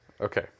Okay